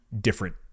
different